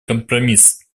компромисс